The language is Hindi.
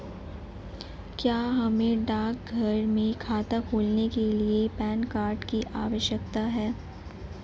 क्या हमें डाकघर में खाता खोलने के लिए पैन कार्ड की आवश्यकता है?